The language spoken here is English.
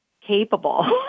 capable